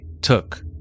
took